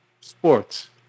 sports